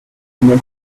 combien